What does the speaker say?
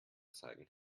zeigen